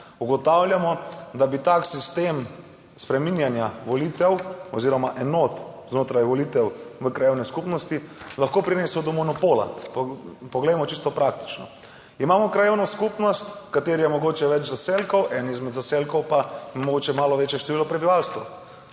ugotavljamo, da bi tak sistem spreminjanja volitev oziroma enot znotraj volitev v krajevne skupnosti lahko prinesel monopol. Poglejmo čisto praktično. Imamo krajevno skupnost, v kateri je mogoče več zaselkov, v enem izmed zaselkov pa mogoče malo večje število prebivalcev.